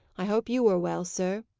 i hope you are well, sir.